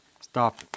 Stop